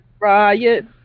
riot